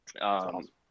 Awesome